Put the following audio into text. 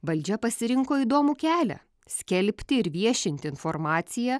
valdžia pasirinko įdomų kelią skelbti ir viešinti informaciją